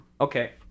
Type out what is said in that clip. Okay